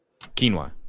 Quinoa